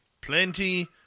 plenty